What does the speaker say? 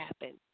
happen